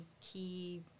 key